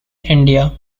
india